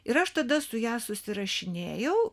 ir aš tada su ja susirašinėjau